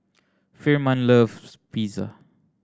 Firman loves Pizza